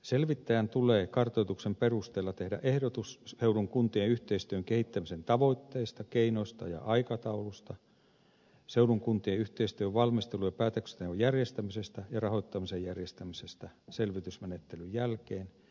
selvittäjän tulee kartoituksen perusteella tehdä ehdotus seudun kuntien yhteistyön kehittämisen tavoitteista keinoista ja aikataulusta seudun kuntien yhteistyön valmistelun ja päätöksenteon järjestämisestä ja rahoittamisen järjestämisestä selvitysmenettelyn jälkeen ja yhteistyöseurannasta kunnassa